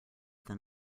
than